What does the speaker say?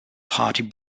party